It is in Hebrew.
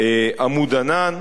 "עמוד ענן".